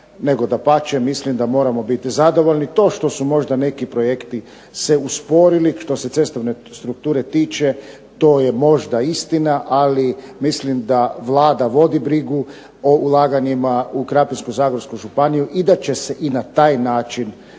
dapače mislim da moramo biti zadovoljni. To što su možda neki projekti usporili što se cestovne strukture tiče, to je možda istina. Ali mislim da Vlada vodi brigu u Krapinsko-zagorskoj županiji i da će se na taj način i